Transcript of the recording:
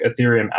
Ethereum